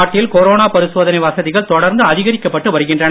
நாட்டில் கொரோனா பரிசோதனை வசதிகள் தொடர்ந்து அதிகரிக்கப்பட்டு வருகின்றன